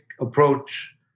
approach